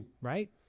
right